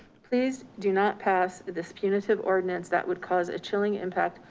please do not pass this punitive ordinance that would cause a chilling impact,